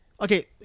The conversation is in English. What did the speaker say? okay